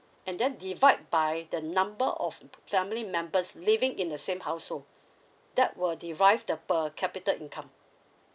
and then divide by the number of family members living in the same household that will derive the per capita income